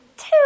Two